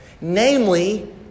namely